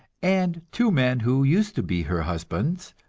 and two men who used to be her husbands,